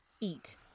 Eat